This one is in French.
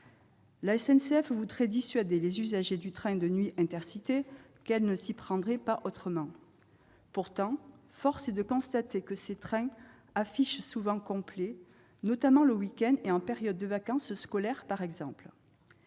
La SNCF voudrait dissuader les usagers des trains de nuit Intercités qu'elle ne s'y prendrait pas autrement ! Pourtant, force est de constater que ces trains affichent souvent complet, notamment le week-end et en période de vacances scolaires, par exemple.